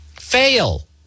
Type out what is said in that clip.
fail